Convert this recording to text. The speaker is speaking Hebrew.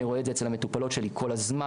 אני רואה את זה אצל המטופלות שלי כל הזמן,